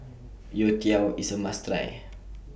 Youtiao IS A must Try